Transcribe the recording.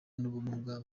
n’ubumuga